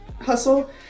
hustle